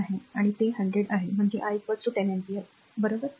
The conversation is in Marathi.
1 आहे आणि ते 100 आहे म्हणजे i 100 अँपिअर बरोबर